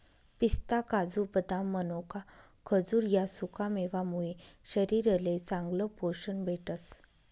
पिस्ता, काजू, बदाम, मनोका, खजूर ह्या सुकामेवा मुये शरीरले चांगलं पोशन भेटस